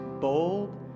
bold